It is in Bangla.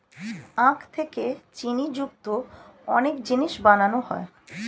আখ থেকে চিনি যুক্ত অনেক জিনিস বানানো হয়